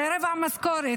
זה רבע משכורת,